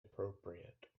appropriate